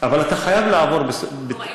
אבל אתה חייב לעבור כלומר,